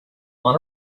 want